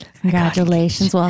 Congratulations